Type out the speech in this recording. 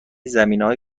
زمینههای